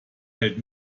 hält